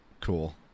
cool